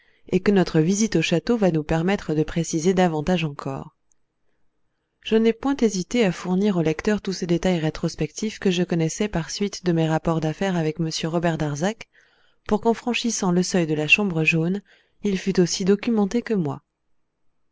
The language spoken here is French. et que notre visite au château va nous permettre de préciser davantage encore je n'ai point hésité à fournir au lecteur tous ces détails rétrospectifs que je connaissais par suite de mes rapports avec m robert darzac pour qu'en franchissant le seuil de la chambre jaune il fût aussi documenté que moi